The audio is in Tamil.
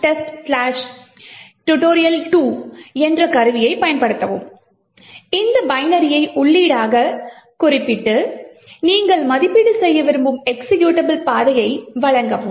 ROPtesttut2 என்ற கருவியைப் பயன்படுத்தவும் ஒரு பைனரியை உள்ளீடாகக் குறிப்பிட்டு நீங்கள் மதிப்பீடு செய்ய விரும்பும் எக்சிகியூட்டபிள் பாதையை வழங்கவும்